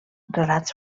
relats